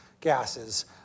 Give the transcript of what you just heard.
gases